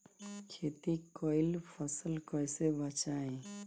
खेती कईल फसल कैसे बचाई?